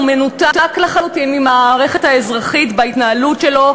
הוא מנותק לחלוטין מהמערכת האזרחית בהתנהלות שלו,